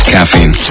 Caffeine